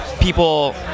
people